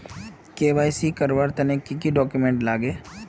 KYC करवार तने की की डॉक्यूमेंट लागे?